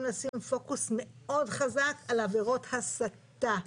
לשים פוקוס מאוד חזק על עבירות הסתה,